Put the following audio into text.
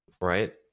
Right